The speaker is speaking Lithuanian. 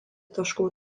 taškų